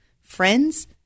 friends